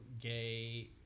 gay